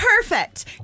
perfect